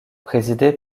présidée